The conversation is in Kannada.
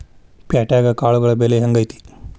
ಪ್ಯಾಟ್ಯಾಗ್ ಕಾಳುಗಳ ಬೆಲೆ ಹೆಂಗ್ ಐತಿ?